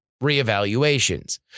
re-evaluations